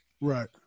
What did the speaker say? Right